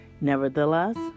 Nevertheless